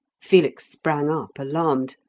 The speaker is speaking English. felix sprang up alarmed.